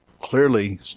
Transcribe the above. clearly